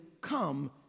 come